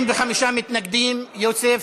35 מתנגדים, יוסף,